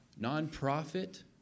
nonprofit